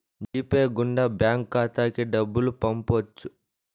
G Pay గుండా bank ఖాతాకి డబ్బులు పంపొచ్చు